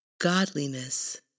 godliness